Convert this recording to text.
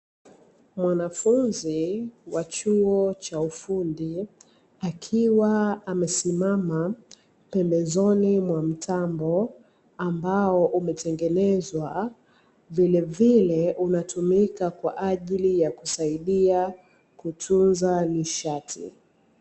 Mwanafunzi wa chuo cha ufundi, akiwa amesimama pembezoni mwa mtambo, ambao umetengenezwa vilevile, unatumika kwa ajili ya kusaidia kutunza nishati.